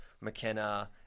McKenna